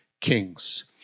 kings